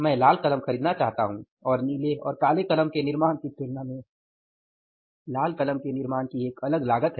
मैं लाल कलम खरीदना चाहता हूं और नीले और काले कलम के निर्माण की तुलना में लाल कलम के निर्माण की एक अलग लागत है